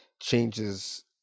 changes